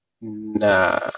Nah